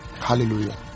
Hallelujah